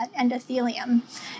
endothelium